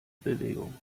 bewegung